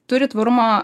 turi tvarumo